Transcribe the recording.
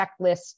checklist